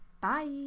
Bye